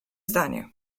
zdanie